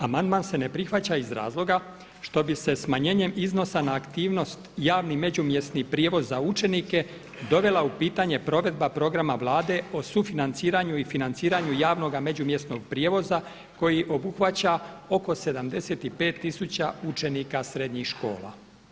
Amandman se ne prihvaća iz razloga što bi se smanjenjem iznosa na aktivnost javni međumjesni prijevoz za učenike dovela u pitanje provedba programa Vlade o sufinanciranju i financiranju javnoga međumjesnog prijevoza koji obuhvaća oko 75000 učenika srednjih škola.